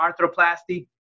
arthroplasty